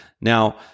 Now